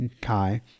Kai